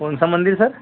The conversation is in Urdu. کون سا مندر سر